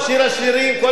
מה אתה רוצה עוד?